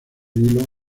hilo